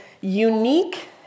unique